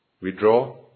withdraw